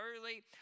early